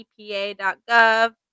epa.gov